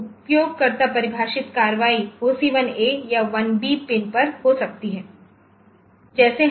तो उपयोगकर्ता परिभाषित कार्रवाई OC1A या 1B पिन पर हो सकती है